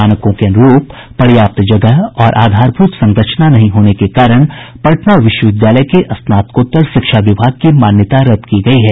मानकों के अनुरूप पर्याप्त जगह और आधारभूत संरचना नहीं होने के कारण पटना विश्वविद्यालय के स्नातकोत्तर शिक्षा विभाग की मान्यता रद्द की गयी है